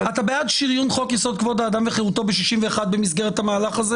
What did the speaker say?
אתה בעד שריון חוק יסוד: כבוד האדם וחירותו ב-61 במסגרת המהלך הזה?